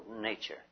nature